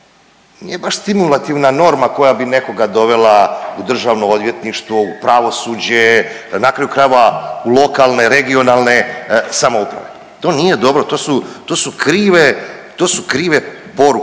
nije baš stimulativna norma koja bi nekoga dovela u državno odvjetništvo u pravosuđe na kraju krajeva u lokalne regionalne samouprave. To nije dobro, to su, to su krive,